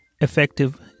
effective